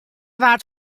waard